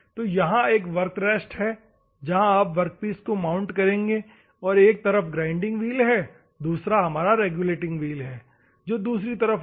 तो यह एक वर्क रेस्ट है जहां आप वर्कपीस को माउंट करेंगे और एक तरफ ग्राइंडिंग व्हील है दूसरा रेगुलेटिंग व्हील है जो दूसरी तरफ होगा